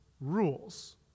rules